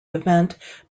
event